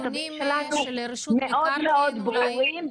הנהלים שלנו מאוד ברורים,